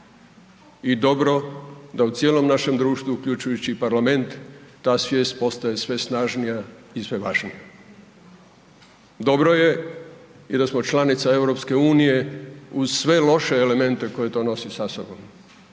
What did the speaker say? i dobro da u cijelom našem društvu uključujući i Parlament ta svijest postaje sve snažnija i sve važnija. Dobro je i da smo članica EU uz sve loše elemente koje to nosi sa sobom